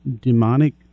demonic